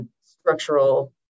structural